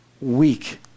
weak